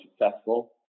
successful